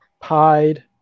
Pied